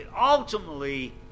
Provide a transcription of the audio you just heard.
Ultimately